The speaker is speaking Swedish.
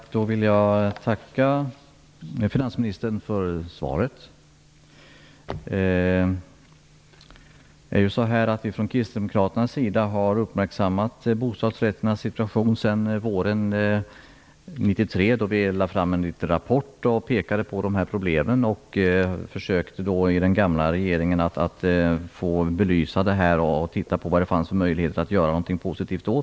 Herr talman! Jag vill tacka finansministern för svaret. Vi har från kristdemokraternas sida uppmärksammat bostadsrätternas situation sedan våren 1993, då vi lade fram en rapport och pekade på problemen. Vi försökte i den gamla regeringen att belysa detta och se vilka möjligheter det fanns att göra någonting positivt.